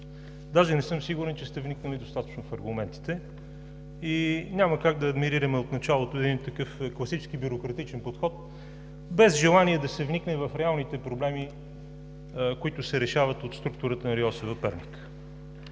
Даже не съм сигурен, че сте вникнали достатъчно в аргументите и няма как да адмирираме от началото един такъв класически бюрократичен подход, без желание да се вникне в реалните проблеми, които се решават от структурата на РИОСВ – Перник.